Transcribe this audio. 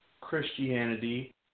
Christianity